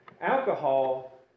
Alcohol